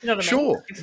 Sure